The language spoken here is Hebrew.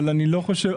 אבל אני לא חושב,